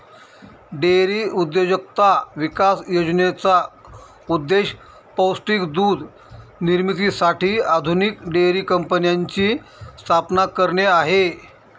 dairy उद्योजकता विकास योजनेचा उद्देश पौष्टिक दूध निर्मितीसाठी आधुनिक डेअरी कंपन्यांची स्थापना करणे आहे